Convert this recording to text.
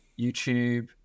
YouTube